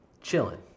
Chilling